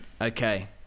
Okay